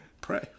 Pray